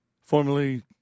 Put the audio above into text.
formerly